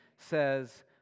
says